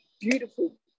beautiful